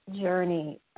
journey